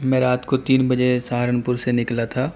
میں رات کو تین بجے سہانپور سے نکلا تھا